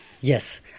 Yes